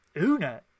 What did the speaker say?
Una